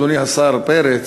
אדוני השר פרץ,